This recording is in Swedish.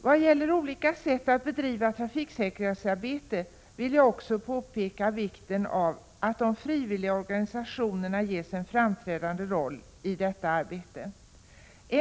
I vad gäller olika sätt att bedriva trafiksäkerhetsarbete vill jag påpeka vikten av att de frivilliga organisationerna ges en framträdande roll.